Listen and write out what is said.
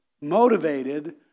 motivated